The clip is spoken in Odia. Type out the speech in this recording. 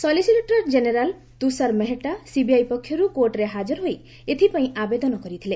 solicitor general Tushar Mehta CBI ପକ୍ଷରୁ କୋର୍ଟ୍ରେ ହାକର ହୋଇ ଏଥିପାଇଁ ଆବେଦନ କରିଥିଲେ